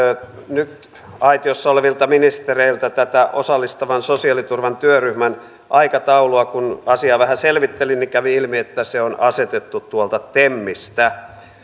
nyt aitiossa olevilta ministereiltä tätä osallistavan sosiaaliturvan työryhmän aikataulua kun asiaa vähän selvittelin niin kävi ilmi että se on asetettu tuolta temistä